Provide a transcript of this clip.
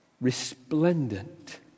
resplendent